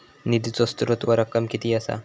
निधीचो स्त्रोत व रक्कम कीती असा?